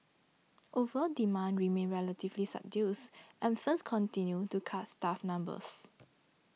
overall demand remained relatively subdued and firms continued to cut staff numbers